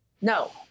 No